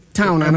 town